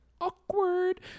awkward